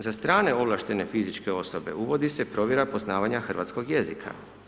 Za strane ovlaštene fizičke osobe uvodi se provjera poznavanja hrvatskog jezika.